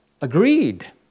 agreed